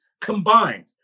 combined